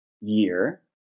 year